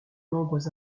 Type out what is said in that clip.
membres